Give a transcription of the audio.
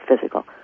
physical